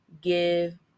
give